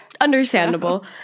Understandable